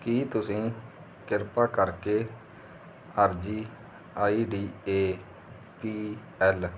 ਕੀ ਤੁਸੀਂ ਕਿਰਪਾ ਕਰਕੇ ਅਰਜ਼ੀ ਆਈਡੀ ਏ ਪੀ ਐਲ